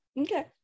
Okay